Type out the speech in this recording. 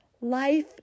Life